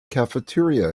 cafeteria